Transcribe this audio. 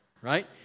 Right